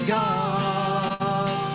god